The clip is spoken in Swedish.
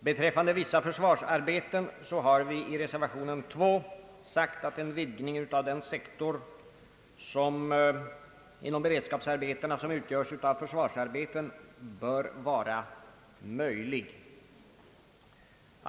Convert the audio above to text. Beträffande försvarsarbetena anför vi i reservation 2 att en vidgning av den sektor inom beredskapsarbetena som nu utgörs av försvarsarbeten bör vara möjlig.